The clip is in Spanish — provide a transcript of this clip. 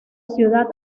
ciudad